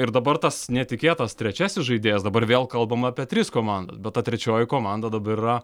ir dabar tas netikėtas trečiasis žaidėjas dabar vėl kalbama apie tris komandas bet ta trečioji komanda dabar yra